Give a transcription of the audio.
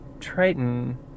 Triton